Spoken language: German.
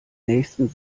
nächsten